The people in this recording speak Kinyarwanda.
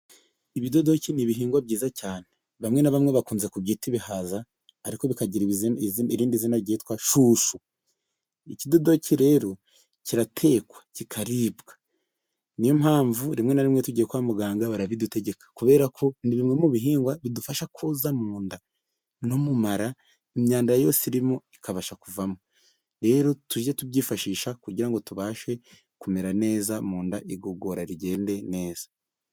Ibidodoki ni ibihingwa byiza cyane, bamwe na bamwe bakunze kubyita ibihaza ariko bikagira irindi zina ryitwa shushu. IkidodokI rero kiratekwa kikaribwa niyo mpamvu rimwe na rimwe tujya kwa muganga baKabidutegeka kubera ko ni bimwe mu bihingwa bidufasha koza mu nda no mumara imyanda yose irimo ikabasha kuvamo. Rero tujye tubyifashisha kugira ngo tubashe kumera neza mu nda igogora rigende neza.